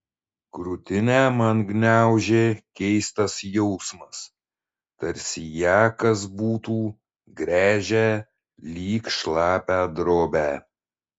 krūtinę man gniaužė keistas jausmas tarsi ją kas būtų gręžę lyg šlapią drobę